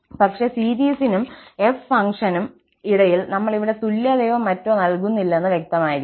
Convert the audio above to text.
പക്ഷേ സീരീസിനും f ഫംഗ്ഷനും ഇടയിൽ നമ്മൾ ഇവിടെ തുല്യതയോ മറ്റോ നൽകുന്നില്ലെന്ന് വ്യക്തമായിരിക്കണം